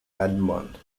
edmund